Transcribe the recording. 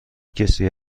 کسی